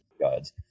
gods